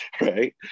right